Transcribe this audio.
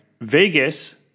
Vegas